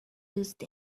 used